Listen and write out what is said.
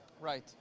Right